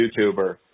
YouTuber